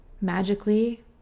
magically